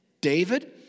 David